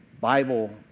Bible